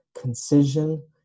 concision